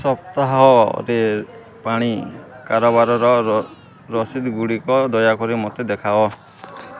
ସପ୍ତାହରେ ପାଣି କାରବାରର ରସିଦଗୁଡ଼ିକ ଦୟାକରି ମୋତେ ଦେଖାଅ